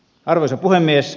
arvoisa puhemies